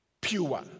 Pure